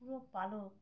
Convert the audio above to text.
পুরো পালক